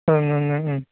ओंं ओं ओं